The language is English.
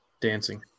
Dancing